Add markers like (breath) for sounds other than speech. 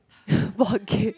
(breath) board game